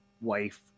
wife